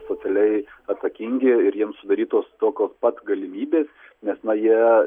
socialiai atsakingi ir jiems sudarytos tokios pat galimybės nes na jie